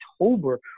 October